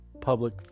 public